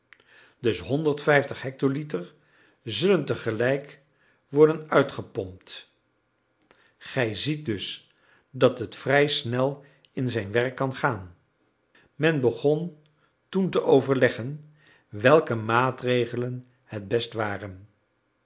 dus hectoliter zullen tegelijk worden uitgepompt gij ziet dus dat het vrij snel in zijn werk kan gaan men begon toen te overleggen welke maatregelen het best waren